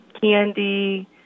candy